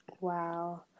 Wow